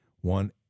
One